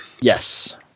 Yes